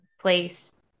place